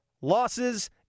losses